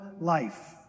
life